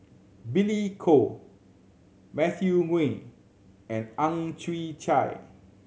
Billy Koh Matthew Ngui and Ang Chwee Chai